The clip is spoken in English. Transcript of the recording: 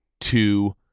two